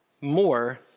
more